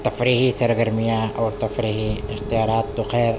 تفریحی سرگرمیاں اور تفریحی اختیارات تو خیر